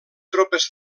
tropes